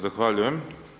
Zahvaljujem.